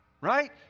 right